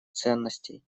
ценностей